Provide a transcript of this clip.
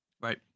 Right